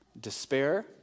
Despair